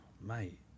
mate